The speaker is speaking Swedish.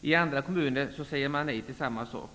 I andra kommuner säger man nej till samma sak.